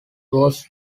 was